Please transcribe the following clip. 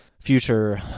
future